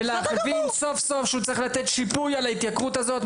ולהבין סוף סוף שהוא צריך לתת שיפוי על ההתייקרות הזאת.